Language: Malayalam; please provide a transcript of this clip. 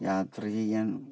യാത്ര ചെയ്യാൻ ഇഷ്ടമാണ്